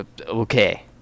Okay